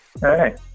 Hey